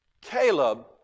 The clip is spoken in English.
Caleb